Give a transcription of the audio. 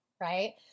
right